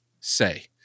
say